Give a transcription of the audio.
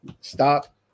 stop